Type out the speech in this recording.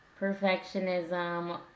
perfectionism